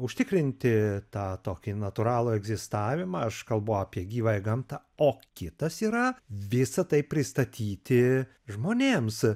užtikrinti tą tokį natūralų egzistavimą aš kalbu apie gyvąją gamtą o kitas yra visa tai pristatyti žmonėms